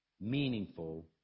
meaningful